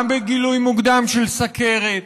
גם בגילוי מוקדם של סוכרת.